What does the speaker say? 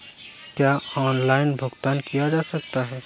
क्या ऑनलाइन भुगतान किया जा सकता है?